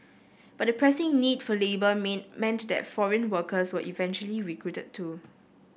but the pressing need for labour mean meant that foreign workers were eventually recruited too